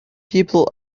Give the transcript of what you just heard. people